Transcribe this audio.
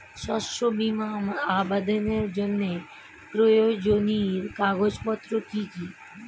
শস্য বীমা আবেদনের জন্য প্রয়োজনীয় কাগজপত্র কি কি?